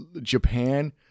Japan